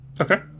Okay